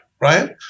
right